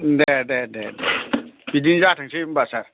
दे दे दे बिदिनो जाथोंसै होनबा सार